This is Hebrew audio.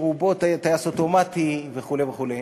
שרובו טייס אוטומטי וכו' וכו'.